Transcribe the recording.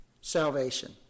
salvation